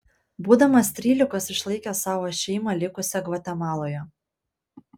būdamas trylikos išlaikė savo šeimą likusią gvatemaloje